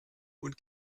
und